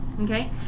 Okay